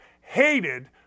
Hated